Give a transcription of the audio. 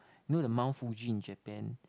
know the Mount-Fuji in Japan